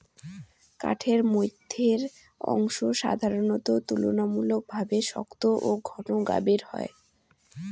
কাঠের মইধ্যের অংশ সাধারণত তুলনামূলকভাবে শক্ত ও ঘন গাবের হয়